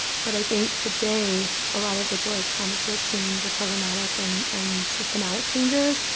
but i think today a lot of the joy comes with seeing the programmatic and, and systematic changes.